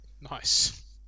nice